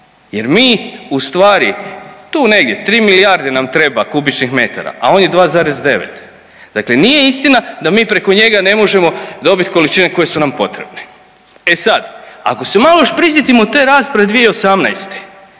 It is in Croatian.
jer mi ustvari tu negdje tri milijarde nam treba kubičnih metara, a on je 2,9. Dakle, nije istina da mi preko njega ne možemo dobit količine koje su nam potrebne. E sad ako se malo još prisjetimo te rasprave 2018.,